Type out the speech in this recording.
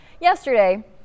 yesterday